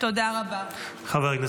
תודה רבה, גברתי.